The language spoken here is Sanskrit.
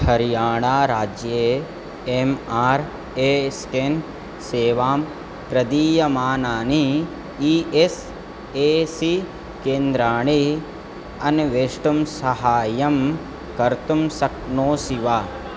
हरियाणा राज्ये एम् आर् ए स्केन् सेवां प्रदीयमानानि ई एस् ए सी केन्द्राणि अन्वेष्टुं साहाय्यं कर्तुं शक्नोषि वा